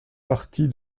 partie